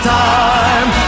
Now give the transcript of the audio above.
time